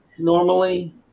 Normally